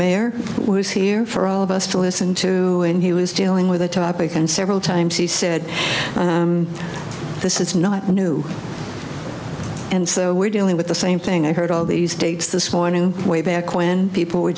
mayor was here for all of us to listen to and he was dealing with a topic and several times he said this is not new and so we're dealing with the same thing i heard all these states this morning way back when people were